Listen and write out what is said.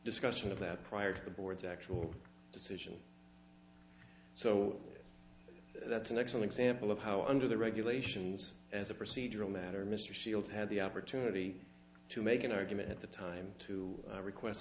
discussion of that prior to the board's actual decision so that's an excellent example of how under the regulations as a procedural matter mr shield had the opportunity to make an argument at the time to request